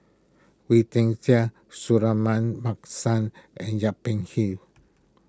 Wee Tian Siak Suratman Markasan and Yip Pin Xiu